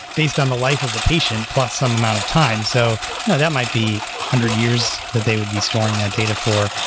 based on the life of the patient plus some amount of time. so you know that might be one hundred years that they would be storing that data for.